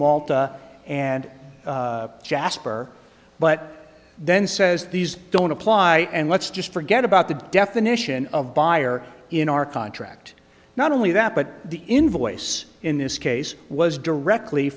malta and jasper but then says these don't apply and let's just forget about the definition of buyer in our contract not only that but the invoice in this case was directly